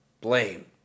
blame